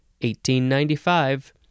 1895